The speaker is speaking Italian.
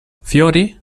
fiori